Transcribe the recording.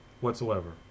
whatsoever